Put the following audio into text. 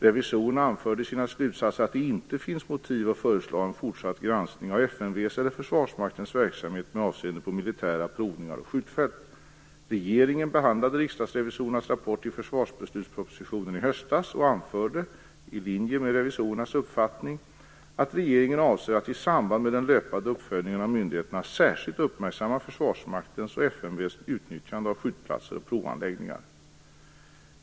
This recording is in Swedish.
Revisorerna anförde i sina slutsatser att det inte finns motiv att föreslå en fortsatt granskning av FMV:s eller Försvarsmaktens verksamhet med avseende på militära provningar och skjutfält. Regeringen behandlade riksdagsrevisorernas rapport i försvarsbeslutspropositionen i höstas och anförde - i linje med revisorernas uppfattning - att regeringen avser att i samband med den löpande uppföljningen av myndigheterna särskilt uppmärksamma Försvarsmaktens och FMV:s utnyttjande av skjutplatser och provanläggningar.